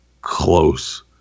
close